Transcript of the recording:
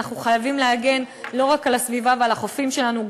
אנחנו חייבים להגן לא רק על הסביבה ועל החופים שלנו,